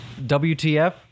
WTF